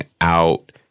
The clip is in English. out